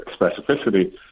specificity